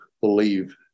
believe